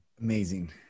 Amazing